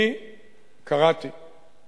אני קראתי